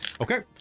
Okay